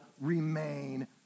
remain